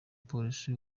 polisi